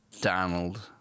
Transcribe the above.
Donald